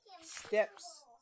Steps